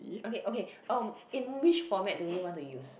okay okay um in which format do you want to use